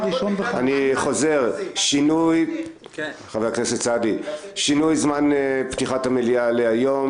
אני חוזר שינוי זמן פתיחת המליאה היום,